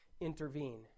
intervene